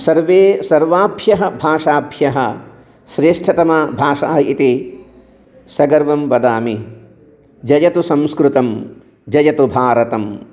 सर्वे सर्वाभ्यः भाषाभ्यः श्रेष्ठतमा भाषा इति सगर्वं वदामि जयतु संस्कृतं जयतु भारतम्